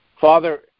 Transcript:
Father